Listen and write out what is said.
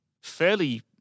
fairly